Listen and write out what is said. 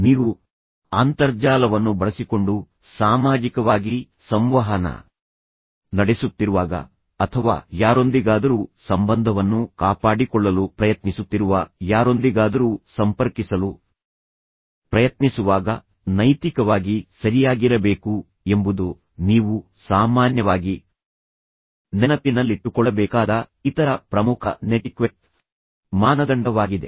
ನೀವು ಅಂತರ್ಜಾಲವನ್ನು ಬಳಸಿಕೊಂಡು ಸಾಮಾಜಿಕವಾಗಿ ಸಂವಹನ ನಡೆಸುತ್ತಿರುವಾಗ ಅಥವಾ ಯಾರೊಂದಿಗಾದರೂ ಸಂಬಂಧವನ್ನು ಕಾಪಾಡಿಕೊಳ್ಳಲು ಪ್ರಯತ್ನಿಸುತ್ತಿರುವ ಯಾರೊಂದಿಗಾದರೂ ಸಂಪರ್ಕಿಸಲು ಪ್ರಯತ್ನಿಸುವಾಗ ನೈತಿಕವಾಗಿ ಸರಿಯಾಗಿರಬೇಕು ಎಂಬುದು ನೀವು ಸಾಮಾನ್ಯವಾಗಿ ನೆನಪಿನಲ್ಲಿಟ್ಟುಕೊಳ್ಳಬೇಕಾದ ಇತರ ಪ್ರಮುಖ ನೆಟಿಕ್ವೆಟ್ ಮಾನದಂಡವಾಗಿದೆ